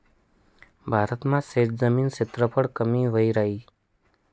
भारत मा शेतजमीन क्षेत्रफळ कमी व्हयी राहीन